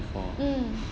mmhmm